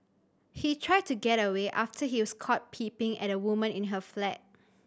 he tried to get away after he was caught peeping at a woman in her flat